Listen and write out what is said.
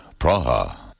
Praha